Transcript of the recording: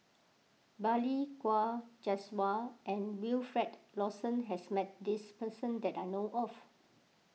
Balli Kaur Jaswal and Wilfed Lawson has met this person that I know of